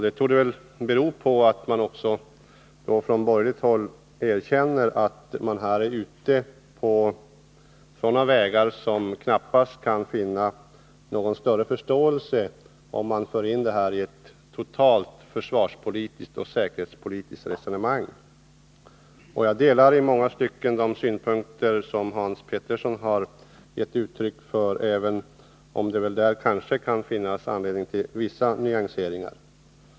Det torde väl bero på att man också från borgerligt håll erkänner att man är ute på sådana vägar där det knappast går att finna någon större förståelse för att föra in de här frågorna i ett totalt försvarspolitiskt och säkerhetspolitiskt resonemang. Jag delar i många stycken de synpunkter som Hans Petersson i Hallstahammar gett uttryck för, även om det där kan finnas anledning att göra vissa nyanseringar.